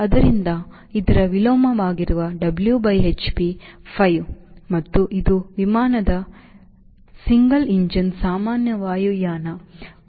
ಆದ್ದರಿಂದ ಇದರ ವಿಲೋಮವಾಗಿರುವ W by hp 5 ಮತ್ತು ಇದು ಈ ವಿಮಾನದ ಏಕ ಎಂಜಿನ್ ಸಾಮಾನ್ಯ ವಾಯುಯಾನ 0